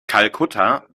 kalkutta